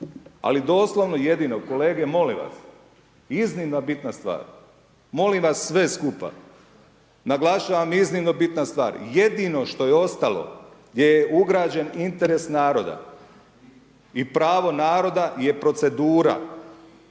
ali doslovno jedino, kolege, molim vas, iznimno bitna stvar, molim vas sve skupa, naglašavam, iznimno bitna stvar, jedino što je ostalo, gdje je ugrađen interes naroda, i pravo naroda je procedura